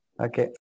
Okay